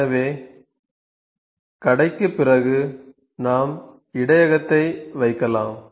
எனவே கடைக்குப் பிறகு நாம் இடையகத்தை வைக்கலாம்